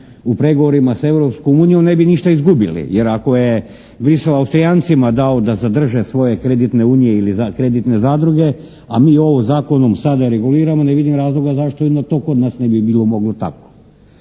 u pregovorima s Europskom unijom ne bi ništa izgubili. Jer ako je Bruxelles Austrijancima dao da zadrže svoje kreditne unije ili kreditne zadruge, a mi ovim zakonom sada reguliramo ne vidim razloga zašto onda to i kod nas ne bi bilo moglo tako.